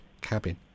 cabin